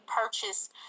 purchase